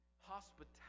hospitality